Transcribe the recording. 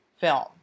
film